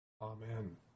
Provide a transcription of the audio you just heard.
Amen